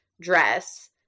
dress